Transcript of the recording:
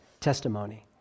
testimony